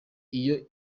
iyo